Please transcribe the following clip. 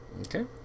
Okay